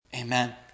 Amen